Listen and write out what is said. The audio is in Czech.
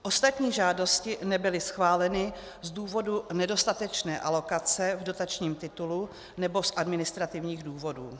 Ostatní žádosti nebyly schváleny z důvodu nedostatečné alokace v dotačním titulu nebo z administrativních důvodů.